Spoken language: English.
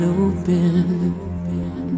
open